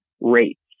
rates